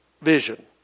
vision